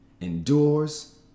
endures